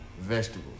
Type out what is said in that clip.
Vegetables